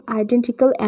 identical